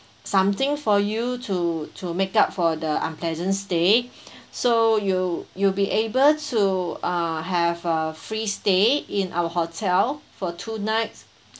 something for you to to make up for the unpleasant stay so you you'll be able to uh have a free stay in our hotel for two nights